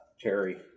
Terry